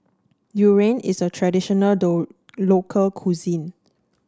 Durian is a traditional local cuisine